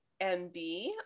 mb